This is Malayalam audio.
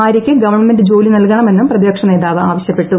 ഭാര്യക്ക് ഗവൺമെന്റ് ജോലി നൽകണമെന്നും പ്രതിപക്ഷനേതാവ് ആവശ്യപ്പെട്ടു